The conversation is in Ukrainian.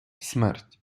смерть